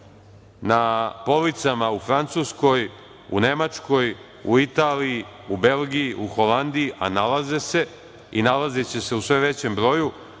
na policama u Francuskoj, u Nemačkoj, u Italiji, u Belgiji, u Holandiji, a nalaze se i nalaziće se u sve većem broju.